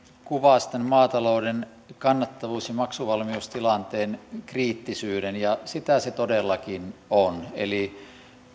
kuvasi tämän maatalouden kannattavuus ja maksuvalmiustilanteen kriittisyyden ja sitä se todellakin on eli